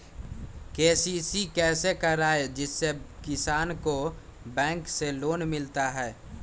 KCC कैसे कराये जिसमे किसान को बैंक से लोन मिलता है?